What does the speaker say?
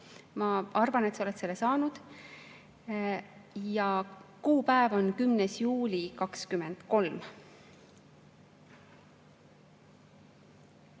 Ma arvan, et sa oled selle saanud. Selle kuupäev on 10. juuli 2023.